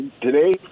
today